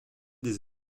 des